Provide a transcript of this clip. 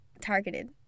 targeted